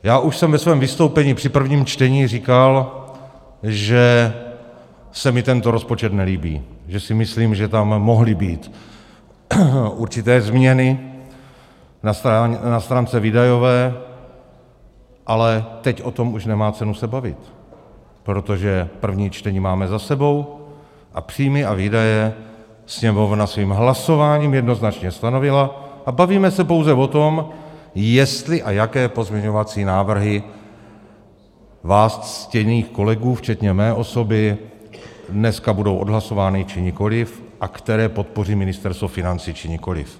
Já už jsem ve svém vystoupení při prvním čtení říkal, že se mi tento rozpočet nelíbí, že si myslím, že tam mohly být určité změny na stránce výdajové, ale teď o tom už nemá cenu se bavit, protože první čtení máme za sebou a příjmy a výdaje Sněmovna svým hlasováním jednoznačně stanovila a bavíme se pouze o tom, jestli a jaké pozměňovací návrhy vás, ctěných kolegů včetně mé osoby, dneska budou odhlasovány, či nikoliv a které podpoří Ministerstvo financí, či nikoliv.